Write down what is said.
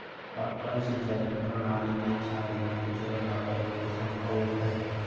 टपकन सिंचाई प्रणाली में क्षारयुक्त जल का प्रयोग संभव है